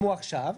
כמו עכשיו.